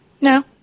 No